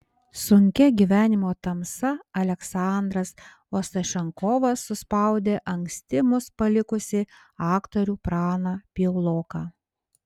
sunkia gyvenimo tamsa aleksandras ostašenkovas suspaudė anksti mus palikusį aktorių praną piauloką